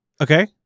Okay